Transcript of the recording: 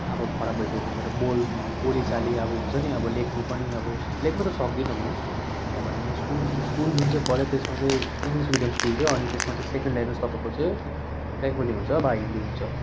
अब खराब भइसकेको थियो मेरो बोल बोलीचाली अब हुन्छ नि अब लेख्नु पनि अब लेख्न त सक्दिनँ म किनभने म स्कुल स्कुल जुन चाहिँ पढेँ त्यसमा चाहिँ इङ्लिस मेडियम स्कुल थियो अनि त्यसमा चाहिँ सेकेन्ड ल्याङ्गुवेज तपाईँको चाहिँ बङ्गाली हुन्छ वा हिन्दी हुन्छ